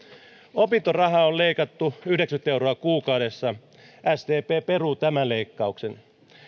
opintorahaa on leikattu yhdeksänkymmentä euroa kuukaudessa sdp peruu tämän leikkauksen